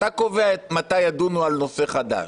אתה קובע מתי ידונו על נושא חדש,